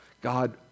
God